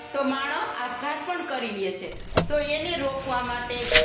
તો માણસ આપઘાત પણ કરી લે છે તો એને રોકવા માટે